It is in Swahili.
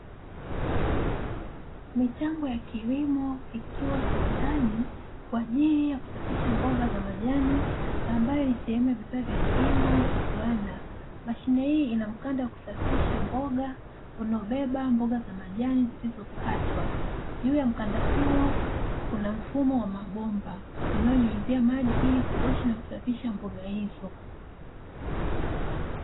Mitambo ya kilimo, ikiwa kiwandani, kwa ajili ya kusafisha mboga za majani ambayo ni sehemu ya vifaa vya kilimo cha kiwanda. Mashine hii ina mkanda wa kusafisha mboga unaobeba mboga za majani zilizokatwa. Juu ya mkanda huo, kuna mfumo wa mabomba unaonyunyizia maji ili kuosha na kusafisha mboga hizo.